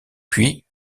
puis